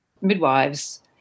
midwives